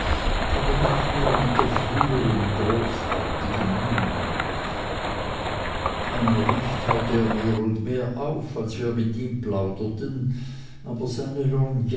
aber nicht mehr mit der frühern großartigen miene allmählich taute er mehr und mehr auf als wir mit ihm plauderten aber seine